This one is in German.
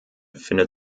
findet